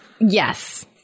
Yes